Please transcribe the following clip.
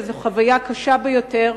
וזאת חוויה קשה ביותר.